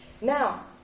Now